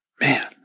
Man